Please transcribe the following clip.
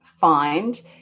find